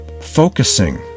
focusing